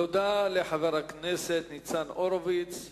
תודה לחבר הכנסת ניצן הורוביץ.